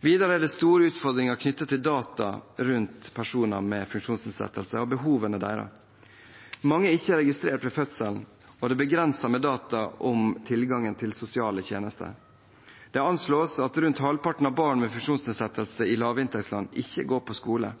Videre er det store utfordringer knyttet til data rundt personer med funksjonsnedsettelser og behovene deres. Mange er ikke registrert ved fødselen, og det er begrenset med data om deres tilgang til sosiale tjenester. Det anslås at rundt halvparten av barn med funksjonsnedsettelser i lavinntektsland ikke går på skole.